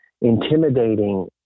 intimidating